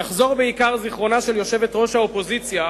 יחזור בעיקר זיכרונה של יושבת-ראש האופוזיציה,